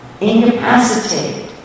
incapacitated